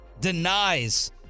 denies